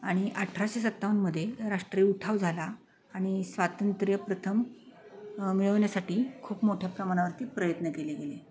आणि अठराशे सत्तावनमध्ये राष्ट्रीय उठाव झाला आणि स्वातंत्र्य प्रथम मिळवण्यासाठी खूप मोठ्या प्रमाणावरती प्रयत्न केले गेले